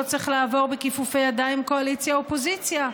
צריך לעבור בכיפופי ידיים קואליציה אופוזיציה.